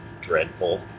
dreadful